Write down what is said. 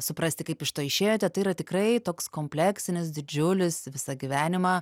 suprasti kaip iš to išėjote tai yra tikrai toks kompleksinis didžiulis visą gyvenimą